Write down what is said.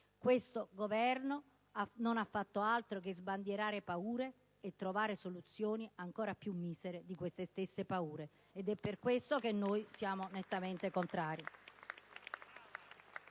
Questo Governo non ha fatto altro che sbandierare paure e trovare soluzioni ancora più misere di queste stesse paure. È per questo che siamo nettamente contrari